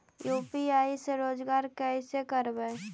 UPI से रोजगार कैसे करबय?